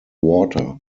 water